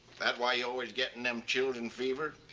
that why you're always getting them chills and fever?